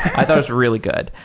i thought it's really good.